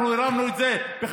אנחנו הרמנו את זה ב-50%.